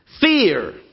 fear